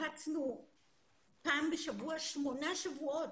הפצנו פעם בשבוע, במשך שמונה שבועות,